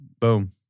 Boom